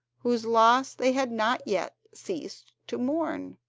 whose loss they had not yet ceased to mourn.